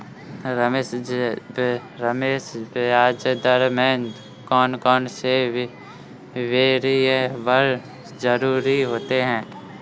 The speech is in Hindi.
रमेश ब्याज दर में कौन कौन से वेरिएबल जरूरी होते हैं?